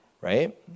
right